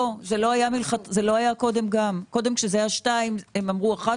זה מה שאמיר אומר.